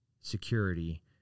security